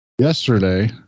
yesterday